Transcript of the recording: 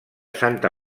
santa